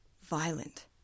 violent